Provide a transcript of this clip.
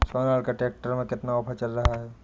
Sonalika tractor में कितना offer चल रहा है?